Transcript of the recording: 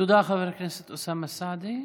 תודה, חבר הכנסת אוסאמה סעדי.